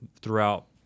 throughout